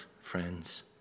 friends